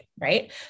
right